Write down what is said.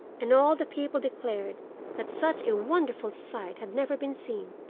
and all the people declared that such a wonderful sight had never been seen,